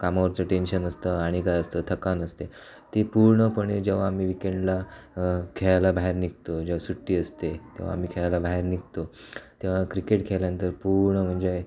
कामावरचं tension असतं आणि काय असतं थकान असते ती पूर्णपणे जेव्हा मी विकेंडला खेळायला बाहेर निघतो जेव्हा सुट्टी असते तेव्हा आम्ही खेळायला बाहेर निघतो तेव्हा क्रिकेट खेळल्यानंतर पूर्ण म्हणजे